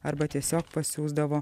arba tiesiog pasiųsdavo